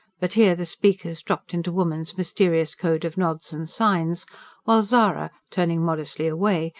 but here the speakers dropped into woman's mysterious code of nods and signs while zara, turning modestly away,